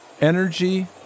energy